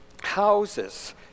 houses